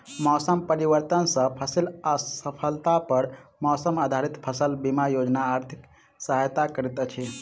मौसम परिवर्तन सॅ फसिल असफलता पर मौसम आधारित फसल बीमा योजना आर्थिक सहायता करैत अछि